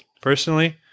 personally